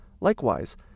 Likewise